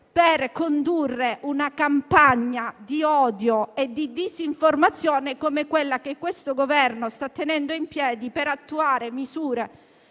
per condurre una campagna di odio e di disinformazione come quella che questo Governo sta tenendo in piedi per attuare misure